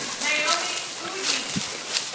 naomi fuji.